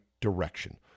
direction